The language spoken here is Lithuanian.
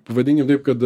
pavadinkim taip kad